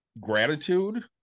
gratitude